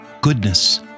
goodness